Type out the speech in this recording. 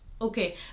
okay